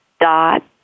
dot